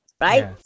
Right